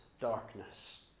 darkness